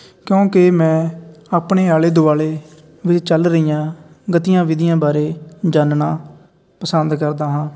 ਕਿਉਂਕਿ ਮੈਂ ਆਪਣੇ ਆਲੇ ਦੁਆਲੇ ਵਿੱਚ ਚੱਲ ਰਹੀ ਆਂ ਗਤੀਆਂ ਵਿਧੀਆਂ ਬਾਰੇ ਜਾਣਨਾ ਪਸੰਦ ਕਰਦਾ ਹਾਂ